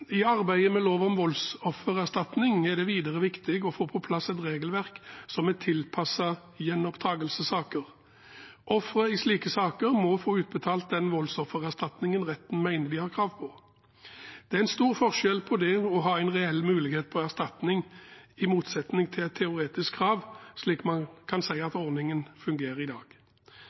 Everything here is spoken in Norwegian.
I arbeidet med lov om voldsoffererstatning er det videre viktig å få på plass et regelverk som er tilpasset gjenopptagelsessaker. Ofre i slike saker må få utbetalt den voldsoffererstatningen retten mener de har krav på. Det er en stor forskjell på det å ha en reell mulighet for erstatning og det å ha et teoretisk krav, slik man kan si at ordningen fungerer i dag.